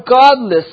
godless